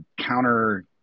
counter